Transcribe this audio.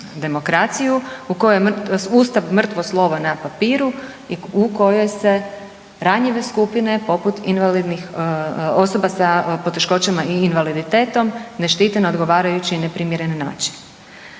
demokraciju u kojoj je Ustav mrtvo slovo na papiru i u kojoj se ranjive skupine poput invalidnih, osoba sa poteškoćama i invaliditetom ne štite na odgovarajući i neprimjeren način.